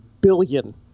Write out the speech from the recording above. billion